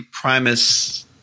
Primus